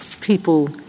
people